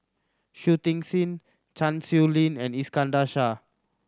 Shui Tit Sing Chan Sow Lin and Iskandar Shah